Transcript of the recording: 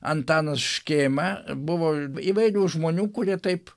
antanas škėma buvo įvairių žmonių kurie taip